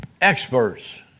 Experts